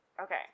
Okay